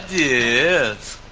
is